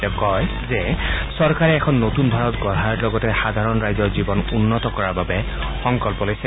তেওঁ কয় যে চৰকাৰে এখন নতুন ভাৰত গঢ়াৰ লগৰ্তে সাধাৰণ ৰাইজৰ জীৱন উন্নত কৰাৰ বাবে সংকল্প লৈছে